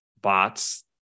bots